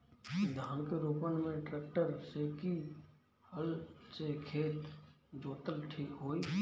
धान के रोपन मे ट्रेक्टर से की हल से खेत जोतल ठीक होई?